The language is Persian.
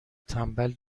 تنبل